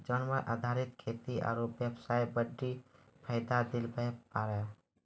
जानवर आधारित खेती आरू बेबसाय बड्डी फायदा दिलाबै पारै